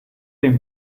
ihm